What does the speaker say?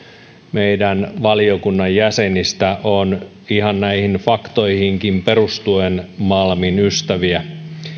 meidän valiokunnan jäsenistä on ihan näihin faktoihinkin perustuen malmin ystäviä